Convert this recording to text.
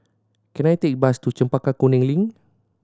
can I take bus to Chempaka Kuning Link